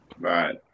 Right